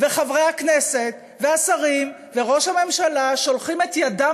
וחברי הכנסת והשרים וראש הממשלה שולחים את ידם